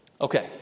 Okay